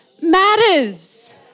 matters